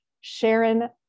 Sharon